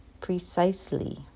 Precisely